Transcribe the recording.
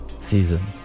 Season